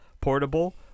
Portable